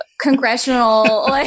congressional